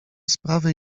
sprawę